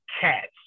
cats